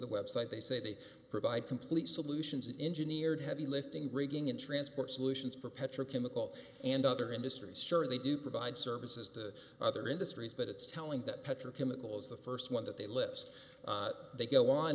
the website they say they provide complete solutions engine ear to heavy lifting rigging and transport solutions for petrochemical and other industries surely do provide services to other industries but it's telling that petro chemical is the first one that they list they go on